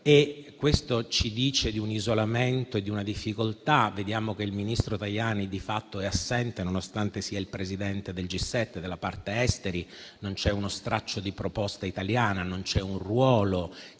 e questo ci dice di un isolamento e di una difficoltà. Vediamo che il ministro Tajani di fatto è assente, nonostante sia il Presidente del G7 esteri; non c'è uno straccio di proposta italiana, non c'è un ruolo,